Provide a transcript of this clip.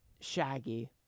shaggy